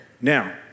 Now